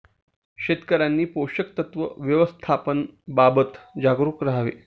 शेतकऱ्यांनी पोषक तत्व व्यवस्थापनाबाबत जागरूक राहावे